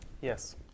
Yes